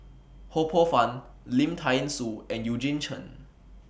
Ho Poh Fun Lim Thean Soo and Eugene Chen